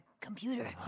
computer